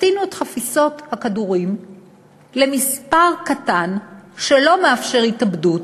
הקטינו את מספר הכדורים בחפיסות למספר קטן שלא מאפשר התאבדות,